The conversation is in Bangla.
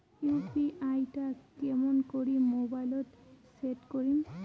ইউ.পি.আই টা কেমন করি মোবাইলত সেট করিম?